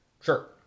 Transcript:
Sure